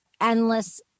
endless